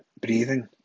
breathing